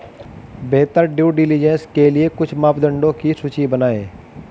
बेहतर due diligence के लिए कुछ मापदंडों की सूची बनाएं?